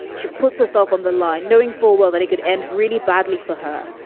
she puts herself on the line, knowing full well that it could end really badly for her